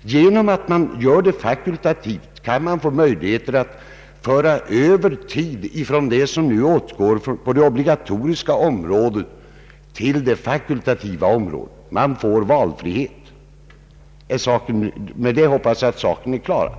Genom att man gör det fakultativt, kan lagrådet för det fakultativa området ta tid i anspråk som nu åtgår för det obligatoriska området. Därmed hoppas jag att den saken är klar.